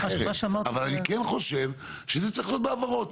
אבל אני כן חושב שזה צריך להיות בהבהרות.